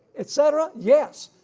etc? yes.